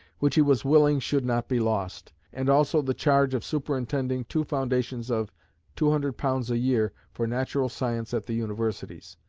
which he was willing should not be lost, and also the charge of superintending two foundations of two hundred pounds a year for natural science at the universities.